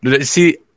See